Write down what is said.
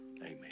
amen